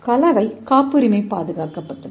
கலவை காப்புரிமையால் பாதுகாக்கப்படுகிறது